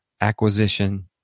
acquisition